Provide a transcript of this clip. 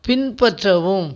பின்பற்றவும்